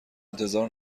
انتظار